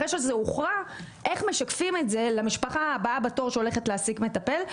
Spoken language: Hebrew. אחרי שזה הוכרע איך משקפים את זה למשפחה הבאה בתור שהולכת להעסיק מטפל.